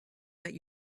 that